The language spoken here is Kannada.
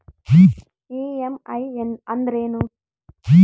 ಇ.ಎಮ್.ಐ ಅಂದ್ರೇನು?